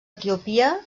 etiòpia